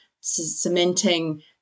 cementing